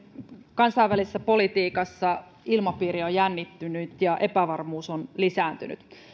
kansainvälisessä politiikassa ilmapiiri on jännittynyt ja epävarmuus on lisääntynyt